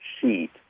sheet